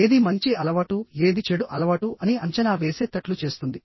ఏది మంచి అలవాటు ఏది చెడు అలవాటు అని అంచనా వేసే తట్లు చేస్తుంది